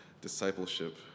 discipleship